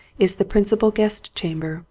is the principal guest chamber.